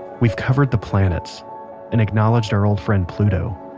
we've covered the planets and acknowledged our old friend pluto,